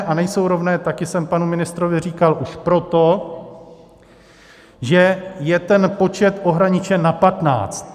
A nejsou rovné, taky jsem panu ministrovi říkal, už proto, že je ten počet ohraničen na patnáct.